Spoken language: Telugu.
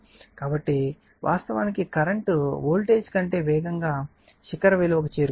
కాబట్టి వాస్తవానికి కరెంట్ వోల్టేజ్ కంటే వేగంగా శిఖర విలువకు చేరుతుంది